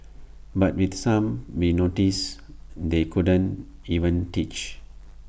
but with some we noticed they couldn't even teach